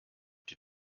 die